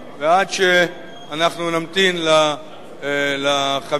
ועד שאנחנו נמתין לחברים,